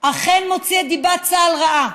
אכן מוציא את דיבת צה"ל רעה,